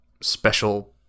special